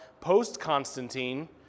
post-Constantine